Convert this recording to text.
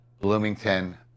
Bloomington